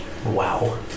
Wow